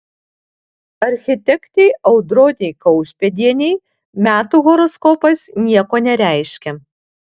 architektei audronei kaušpėdienei metų horoskopas nieko nereiškia